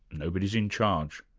nobody's in charge,